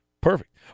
Perfect